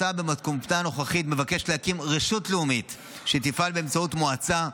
ההצעה במתכונתה הנוכחית מבקשת להקים רשות לאומית שתפעל באמצעות מועצה.